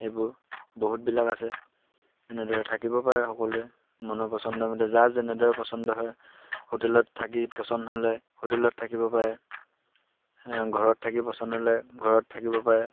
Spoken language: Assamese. এইবোৰ বহুতবিলাক আছে এনেদৰে থাকিব পাৰে সকলোৱে মনৰ পচন্দমতে যাৰ যেনেদৰে পচন্দ হয় হোটেলত থাকি পচন্দ হ'লে হোটেলত থাকিব পাৰে ঘৰত থাকি পচন্দ হ'লে ঘৰত থাকিব পাৰে